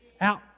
out